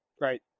Right